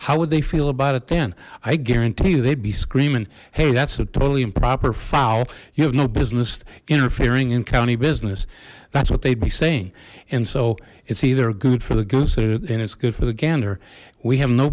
how would they feel about it then i guarantee you they'd be screaming hey that's a totally improper foul you have no business interfering in county business that's what they'd be saying and so it's either a good for the goose and it's good for the gander we have no